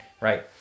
right